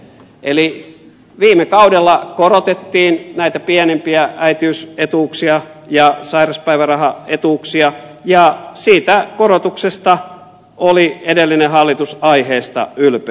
eli viime kaudella korotettiin näitä pienimpiä äitiysetuuksia ja sairauspäivärahaetuuksia ja siitä korotuksesta oli edellinen hallitus aiheesta ylpeä